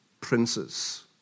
princes